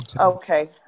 Okay